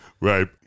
Right